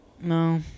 No